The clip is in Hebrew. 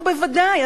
אנחנו בוודאי,